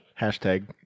Hashtag